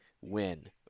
win